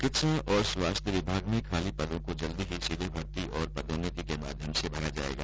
चिकित्सा और स्वास्थ्य विभाग में खाली पदों को जल्दी ही सीधी भर्ती और पदोन्नति के माध्यम से भरा जायेगा